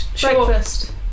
Breakfast